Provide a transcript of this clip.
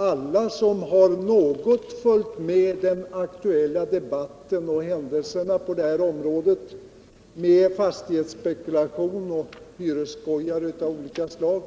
Alla som något följt med i den aktuella debatten beträffande fastighetsspekulation och hyresskoj av olika slag